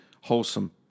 wholesome